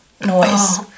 noise